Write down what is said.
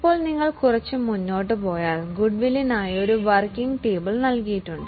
ഇപ്പോൾ നിങ്ങൾ കുറച്ച് മുന്നോട്ട് പോയാൽ ഒരു വർക്കിംഗ് ടേബിൾ ഉണ്ട്